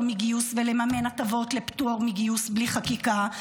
מגיוס ולממן הטבות לפטור מגיוס בלי חקיקה,